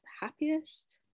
happiest